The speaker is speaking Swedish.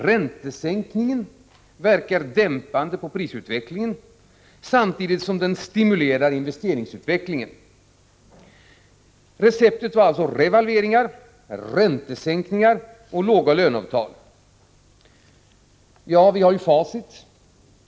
Räntesänkningen verkar dämpande på prisutvecklingen samtidigt som den stimulerar investeringsutvecklingen.” Receptet var alltså revalveringar, räntesänkningar och låga löneavtal. Vi har nu facit.